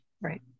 Right